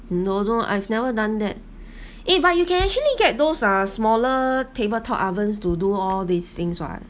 no no I've never done that eh but you can actually get those ah smaller table top ovens to do all these things [what]